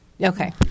Okay